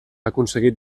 aconseguit